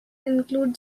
include